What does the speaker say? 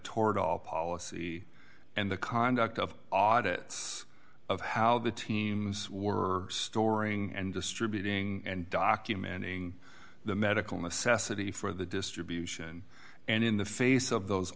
toward all policy and the conduct of audits of how the teams were storing and distributing and documenting the medical necessity for the distribution and in the face of those